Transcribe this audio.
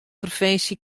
provinsje